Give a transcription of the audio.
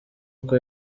uko